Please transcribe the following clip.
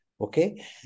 okay